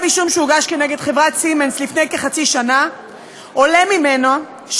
מכתב אישום שהוגש כנגד חברת "סימנס" לפני כחצי שנה עולה שבכירים